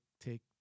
take